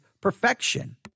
perfection